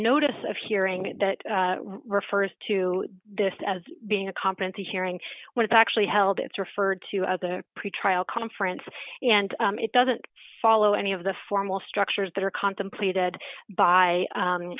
notice of hearing that refers to this as being a competency hearing when it's actually held it's referred to as a pretrial conference and it doesn't follow any of the formal structures that are contemplated by